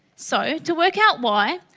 so, to work out why,